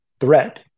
threat